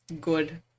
Good